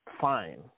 fine